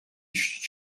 işçi